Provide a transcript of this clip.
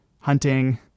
hunting